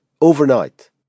overnight